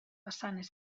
façanes